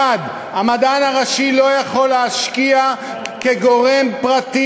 1. המדען הראשי לא יכול להשקיע כגורם פרטי